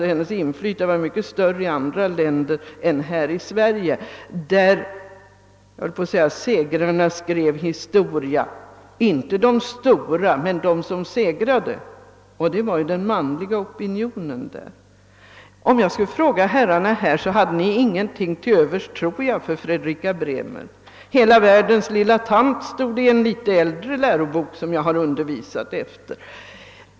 Hennes inflytande var mycket större i andra länder än i Sverige, där historien skrevs inte av de stora utan av dem som segrade, och det var den manliga opinionen. Om jag skulle fråga herrarna här, skulle ni troligen svara att ni inte har någonting till övers för Fredrika Bremer — »hela världens lilla tant» stod det i en litet äldre lärobok, som jag har undervisat efter.